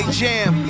jam